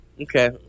Okay